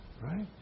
Right